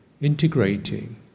integrating